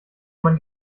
man